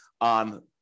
on